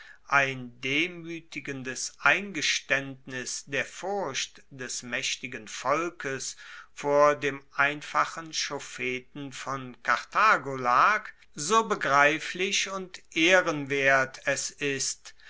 ein demuetigendes eingestaendnis der furcht des maechtigen volkes vor dem einfachen schofeten von karthago lag so begreiflich und ehrenwert es ist